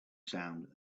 sound